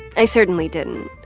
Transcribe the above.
i certainly didn't,